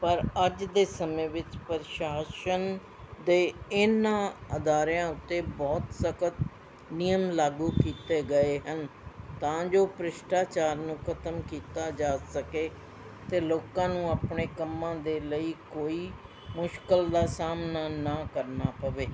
ਪਰ ਅੱਜ ਦੇ ਸਮੇਂ ਵਿੱਚ ਪ੍ਰਸ਼ਾਸਨ ਦੇ ਇਹਨਾਂ ਅਦਾਰਿਆਂ ਉੱਤੇ ਬਹੁਤ ਸਖ਼ਤ ਨਿਯਮ ਲਾਗੂ ਕੀਤੇ ਗਏ ਹਨ ਤਾਂ ਜੋ ਭ੍ਰਿਸ਼ਟਾਚਾਰ ਨੂੰ ਖ਼ਤਮ ਕੀਤਾ ਜਾ ਸਕੇ ਅਤੇ ਲੋਕਾਂ ਨੂੰ ਆਪਣੇ ਕੰਮਾਂ ਦੇ ਲਈ ਕੋਈ ਮੁਸ਼ਕਲ ਦਾ ਸਾਹਮਣਾ ਨਾ ਕਰਨਾ ਪਵੇ